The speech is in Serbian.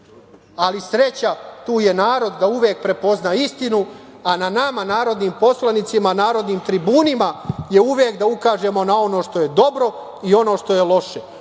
sreća, tu je narod da uvek prepozna istinu, a na nama narodnim poslanicima, narodnim tribunima je uvek da ukažemo na ono što je dobro i ono što je loše.